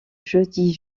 jodi